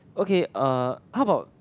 okay uh how about